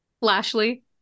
Lashley